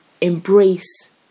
embrace